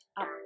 up